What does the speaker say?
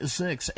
six